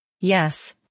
Yes